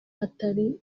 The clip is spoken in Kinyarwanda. hatari